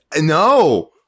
no